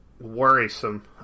worrisome